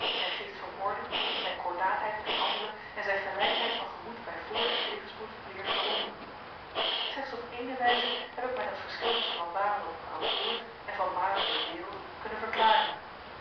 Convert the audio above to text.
zijn geest van orde zijn kordaatheid in t handelen en zijn gelijkheid van gemoed bij voor en tegenspoed leerde bewonderen slechts op ééne wijze heb ik mij dat verschil tusschen van baalen op t kantoor en van baalen in de wereld kunnen verklaren